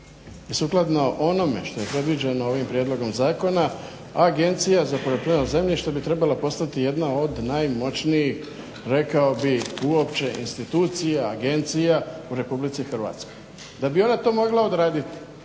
i sukladno onome što je predviđeno ovim prijedlogom zakona Agencija za poljoprivredno zemljište bi trebala postati jedna od najmoćnijih rekao bih uopće institucija, agencija u Republici Hrvatskoj. Da bi ona to mogla odraditi